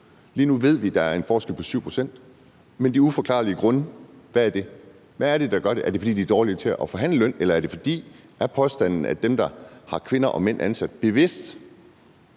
Lige nu ved vi, at der er en forskel på 7 pct., men hvad er de uforklarlige grunde? Altså, hvad er det, der gør det? Er det, fordi de er dårligere til at forhandle løn, eller er påstanden, at dem, der har kvinder og mænd ansat, bevidst